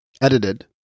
Edited